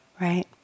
right